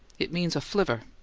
it means a flivver.